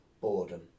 boredom